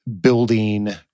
building